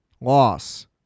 loss